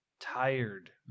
Tired